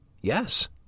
Yes